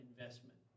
investment